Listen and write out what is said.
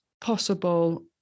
possible